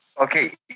Okay